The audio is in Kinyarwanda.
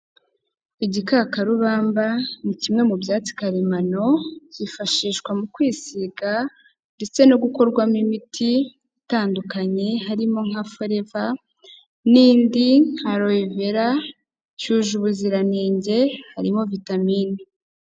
Igikakarubamba ni kimwe mu byatsi karemano cyifashishwa mu kwisiga ndetse no gukorwamo imiti itandukanye harimo nka foreva n'indi nka revera cyuj'ubuziranenge harimo vitamine.